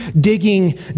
digging